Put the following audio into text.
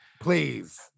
Please